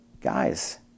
Guys